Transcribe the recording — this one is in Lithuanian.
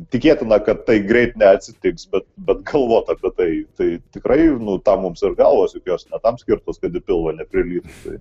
tikėtina kad tai greit neatsitiks bet bet galvot apie tai tai tikrai nu tam mums ir galvos juk jos tam skirtos kad į pilvą neprilytų tai